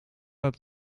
laat